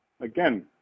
again